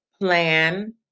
plan